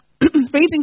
reading